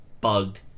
bugged